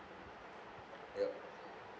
yup